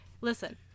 Listen